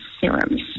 serums